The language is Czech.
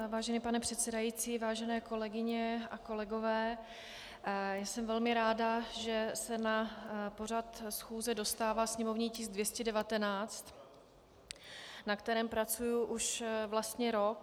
Vážený pane předsedající, vážené kolegyně a kolegové, jsem velmi ráda, že se na pořad schůze dostává sněmovní tisk 219, na kterém pracuji už vlastně rok.